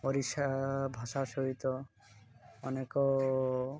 ଓଡ଼ିଶା ଭାଷା ସହିତ ଅନେକ